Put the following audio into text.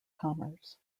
commerce